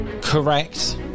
correct